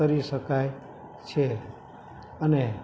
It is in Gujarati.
તરી શકાય છે અને